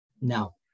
Now